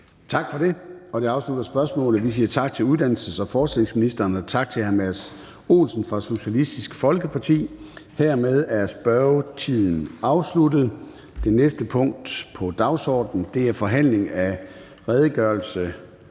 Tak for det. Og det afslutter spørgsmålet, så vi siger tak til uddannelses- og forskningsministeren og tak til hr. Mads Olsen fra Socialistisk Folkeparti. Dermed er spørgetiden afsluttet. --- Det næste punkt på dagsordenen er: 2) Forhandling om redegørelse